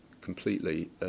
completely